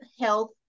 health